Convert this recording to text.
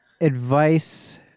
advice